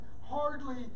hardly